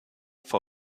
for